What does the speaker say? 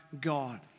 God